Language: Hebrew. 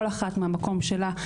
כל אחת מהמקום שלה,